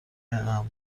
امن